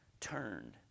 turned